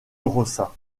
rossa